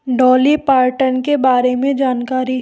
Dolly Parton के बारे में जानकारी